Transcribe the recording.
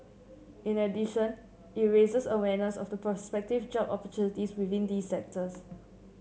in addition it raises awareness of the prospective job opportunities within these sectors